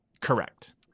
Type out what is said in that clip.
Correct